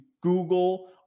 Google